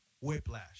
Whiplash